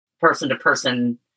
person-to-person